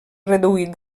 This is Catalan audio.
reduït